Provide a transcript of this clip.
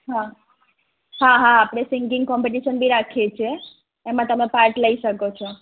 હા હા હા આપણે સિંગિંગ કોમ્પિટીસન બી રાખીએ છે એમાં તમે પાર્ટ લઈ શકો છો